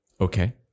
Okay